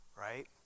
right